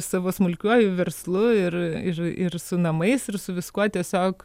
savo smulkiuoju verslu ir ir ir su namais ir su viskuo tiesiog